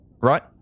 Right